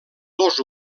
dos